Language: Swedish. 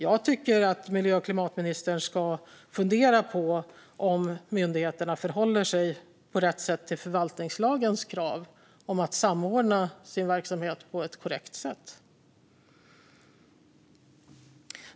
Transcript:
Jag tycker att miljö och klimatministern ska fundera på om myndigheterna förhåller sig på rätt sätt till förvaltningslagens krav om att samordna sin verksamhet på ett korrekt sätt.